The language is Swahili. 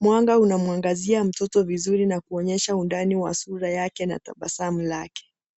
Mwanga una mwangazia mtoto vizuri na kuonyesha undani wa sura yake na sura yake.